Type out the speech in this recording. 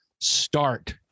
start